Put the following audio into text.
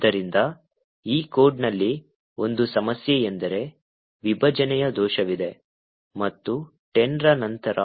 ಆದ್ದರಿಂದ ಈ ಕೋಡ್ನಲ್ಲಿ ಒಂದು ಸಮಸ್ಯೆ ಎಂದರೆ ವಿಭಜನೆಯ ದೋಷವಿದೆ ಮತ್ತು 10 ರ ನಂತರ